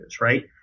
right